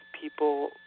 People